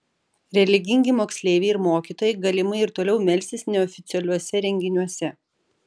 religingi moksleiviai ir mokytojai galimai ir toliau melsis neoficialiuose renginiuose